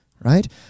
Right